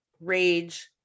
rage